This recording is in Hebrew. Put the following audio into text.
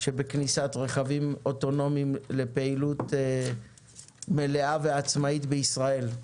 שבכניסת רכבים אוטונומיים לפעילות מלאה ועצמאית בישראל.